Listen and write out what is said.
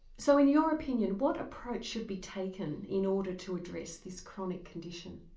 so in your opinion what approach should be taken in order to address this chronic condition?